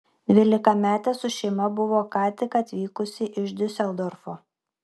dvylikametė su šeima buvo ką tik atvykusi iš diuseldorfo